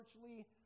Virtually